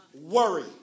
Worry